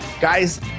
guys